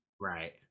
Right